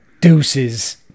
deuces